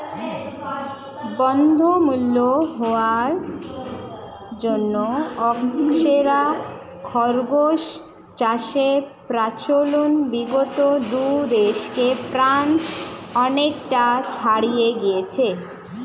বহুমূল্য হওয়ার জন্য আঙ্গোরা খরগোশ চাষের প্রচলন বিগত দু দশকে ফ্রান্সে অনেকটা ছড়িয়ে গিয়েছে